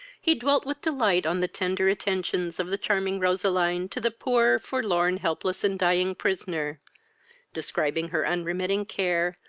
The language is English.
he dwelt with delight on the tender attentions of the charming roseline to the poor, forlorn, helpless, and dying prisoner described her unremitting care,